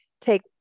take